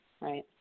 right